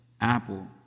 Apple